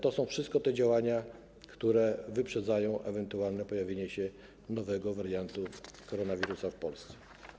To są wszystko te działania, które wyprzedzają ewentualne pojawienie się nowego wariantu koronawirusa w Polsce.